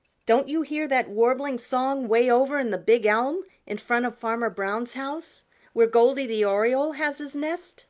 don't you hear that warbling song way over in the big elm in front of farmer brown's house where goldy the oriole has his nest